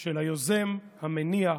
של היוזם, המניע,